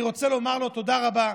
אני רוצה לומר לו תודה רבה.